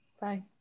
Bye